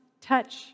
touch